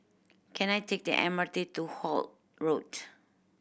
can I take the M R T to Holt Road